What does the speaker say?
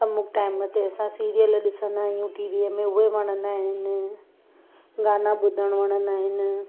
अमुक टाइम ते असां सीरियल ॾिसंदा आयूं टीवीअ ते उहे वणंदा आहिनि गाना ॿुधणु वणंदा आहिनि